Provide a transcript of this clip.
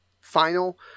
final